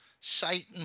Satan